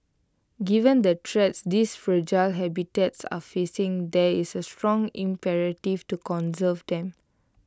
given the threats these fragile habitats are facing there is A strong imperative to conserve them